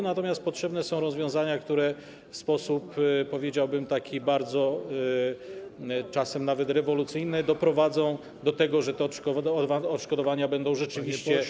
Natomiast potrzebne są rozwiązania, które w sposób, powiedziałbym, taki bardzo czasem nawet rewolucyjny doprowadzą do tego, że te odszkodowania będą rzeczywiście.